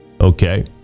Okay